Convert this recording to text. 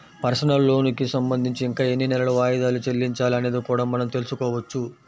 personal లోనుకి సంబంధించి ఇంకా ఎన్ని నెలలు వాయిదాలు చెల్లించాలి అనేది కూడా మనం తెల్సుకోవచ్చు